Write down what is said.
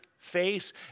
face